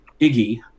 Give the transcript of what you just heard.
Iggy